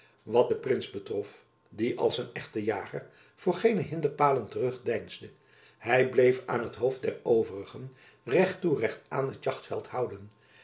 wat den prins betrof die als een echte jager voor geene hinderpalen terugdeinsde hy bleef aan t hoofd der overigen recht toe recht aan het jachtveld houden